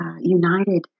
united